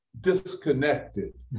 disconnected